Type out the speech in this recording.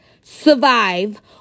survive